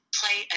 play